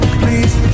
please